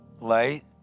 Light